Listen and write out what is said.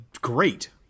great